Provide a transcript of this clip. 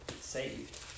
saved